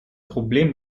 problem